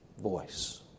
voice